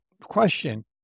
question